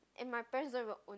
and my parents don't even own